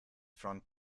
front